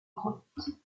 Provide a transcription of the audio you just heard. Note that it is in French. grotte